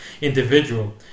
individual